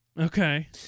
Okay